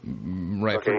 Right